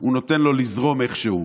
והוא נותן לו לזרום איכשהו.